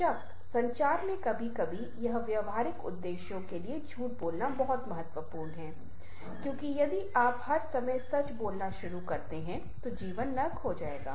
बेशक संचार में कभी कभी यह व्यावहारिक उद्देश्यों के लिए झूठ बोलना बहुत महत्वपूर्ण है क्योंकि यदि आप हर समय सच बोलना शुरू करते हैं तो जीवन नरक होगा